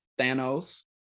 Thanos